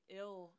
ill